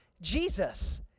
Jesus